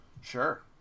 sure